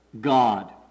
God